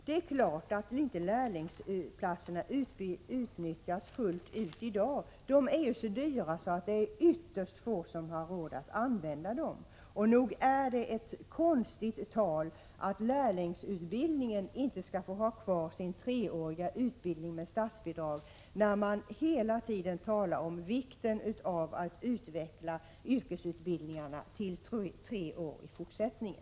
Det är klart att inte lärlingsplatserna utnyttjas fullt ut i dag. De är ju så dyra att det är ytterst få som har råd att använda dem. Nog är det ett konstigt tal att lärlingsutbildningen inte skall få kvar sin treåriga utbildning med statsbidrag när man hela tiden talar om vikten av att utveckla yrkesutbildningarna till tre år i fortsättningen.